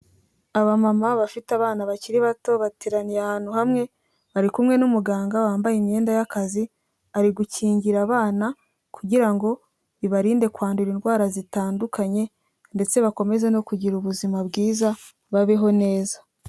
Abamama bafite abana bakiri bato, bateraniye ahantu hamwe, bari kumwe n'umuganga wambaye imyenda y'akazi, ari gukingira abana kugira ngo ibarinde kwandura indwara zitandukanye, ndetse bakomeze no kugira ubuzima bwiza babeho neza.